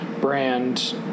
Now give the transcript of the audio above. brand